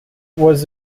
was